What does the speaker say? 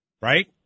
Right